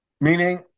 meaning